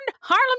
Harlem